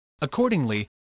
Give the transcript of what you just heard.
Accordingly